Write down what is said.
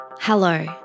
Hello